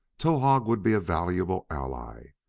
towahg would be a valuable ally.